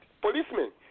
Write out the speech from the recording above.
Policemen